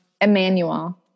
Emmanuel